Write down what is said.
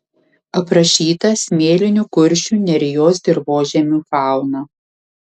aprašyta smėlinių kuršių nerijos dirvožemių fauna